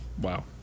Wow